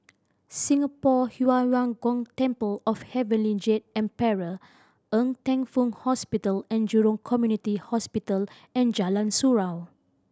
Singapore Yu Huang Gong Temple of Heavenly Jade Emperor Ng Teng Fong Hospital And Jurong Community Hospital and Jalan Surau